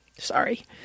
Sorry